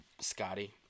Scotty